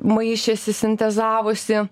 maišėsi sintezavosi